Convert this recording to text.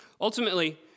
Ultimately